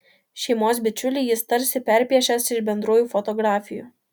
šeimos bičiulį jis tarsi perpiešęs iš bendrų fotografijų